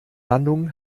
landung